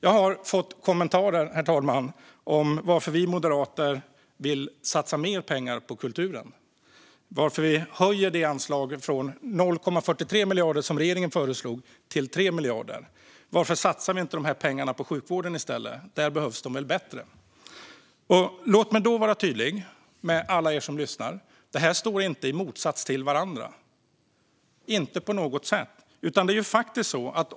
Jag har fått kommentarer om varför vi moderater vill satsa mer pengar på kulturen och varför vi höjer anslaget från 0,43 miljarder som regeringen föreslog till 3 miljarder. Varför satsar vi inte de pengarna på sjukvården i stället, där behövs de väl bättre? Låt mig vara tydlig med alla er som lyssnar. Det här står inte i motsats till varandra, inte på något sätt.